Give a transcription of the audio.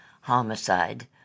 Homicide